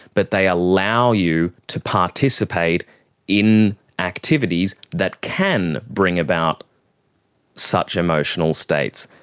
but they allow you to participate in activities that can bring about such emotional states,